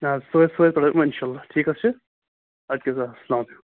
نہ حظ ژورِ ژورِ حظ یِِمو اِنشاء اللہ ٹھیٖک حظ چھُ ادٕ کیٛاہ اسلام